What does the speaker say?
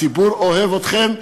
הציבור אוהב אתכם,